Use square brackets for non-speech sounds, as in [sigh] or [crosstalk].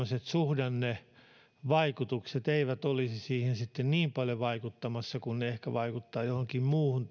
suhdannevaikutukset eivät olisi siihen niin paljon vaikuttamassa kuin ne ehkä vaikuttavat johonkin muuhun [unintelligible]